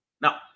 Now